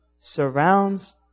surrounds